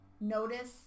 notice